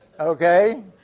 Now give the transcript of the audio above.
Okay